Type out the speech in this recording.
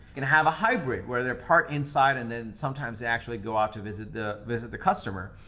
can have a hybrid where they're part inside and then sometimes they actually go out to visit the visit the customer.